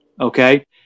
Okay